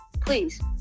Please